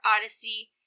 Odyssey